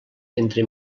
entre